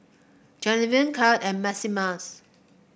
Granville Cade and Maximus